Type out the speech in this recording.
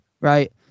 right